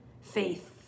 faith